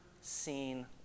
seen